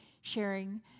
sharing